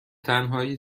تنهایی